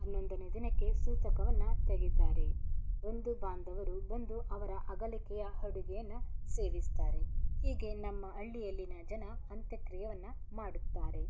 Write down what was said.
ಹನ್ನೊಂದನೇ ದಿನಕ್ಕೆ ಸೂತಕವನ್ನು ತೆಗಿತಾರೆ ಬಂಧು ಬಾಂಧವರು ಬಂದು ಅವರ ಅಗಲಿಕೆಯ ಅಡುಗೆಯನ್ನು ಸೇವಿಸ್ತಾರೆ ಹೀಗೆ ನಮ್ಮ ಹಳ್ಳಿಯಲ್ಲಿನ ಜನ ಅಂತ್ಯಕ್ರಿಯೆಯನ್ನ ಮಾಡುತ್ತಾರೆ